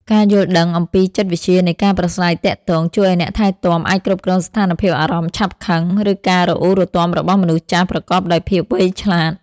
ការយល់ដឹងអំពីចិត្តវិទ្យានៃការប្រាស្រ័យទាក់ទង ជួយឱ្យអ្នកថែទាំអាចគ្រប់គ្រងស្ថានភាពអារម្មណ៍ឆាប់ខឹង ឬការរអ៊ូរទាំរបស់មនុស្សចាស់ប្រកបដោយភាពវៃឆ្លាត។